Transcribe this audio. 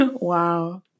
Wow